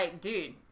dude